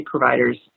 providers